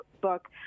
book